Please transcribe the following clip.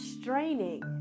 straining